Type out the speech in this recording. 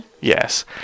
Yes